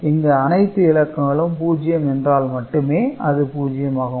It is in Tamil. இங்கு அனைத்து இலக்கங்களும் பூஜ்ஜியம் என்றால் மட்டுமே அது 0 ஆகும்